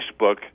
Facebook